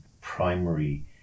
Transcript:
primary